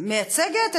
מייצגת?